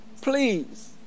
Please